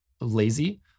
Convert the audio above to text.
lazy